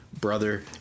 brother